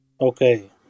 Okay